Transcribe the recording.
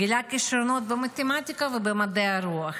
גילה כישרונות במתמטיקה ובמדעי הרוח,